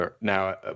now